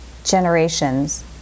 generations